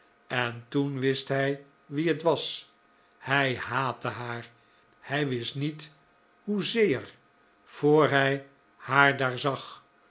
en toen wist hij wie het was hij haatte haar hij wist niet hoezeer voor hij haar daar zag